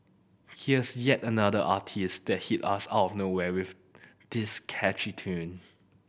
here's yet another artiste that hit us out of nowhere with this catchy tune